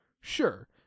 Sure